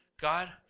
God